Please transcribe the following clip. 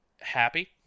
happy